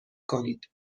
کنید